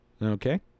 okay